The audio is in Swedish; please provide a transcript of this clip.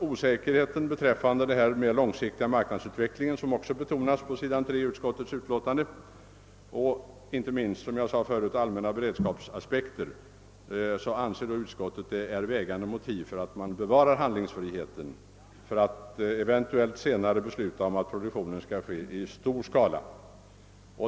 »Osäkerheten beträffande den mer långsiktiga marknadsutvecklingen och allmänna beredskapsaspekter» anför utskottet på s. 3 i sitt utlåtande som »vägande motiv för att man bevarar handlingsfriheten för ett eventuellt senare beslut om produktion av uran i stor skala».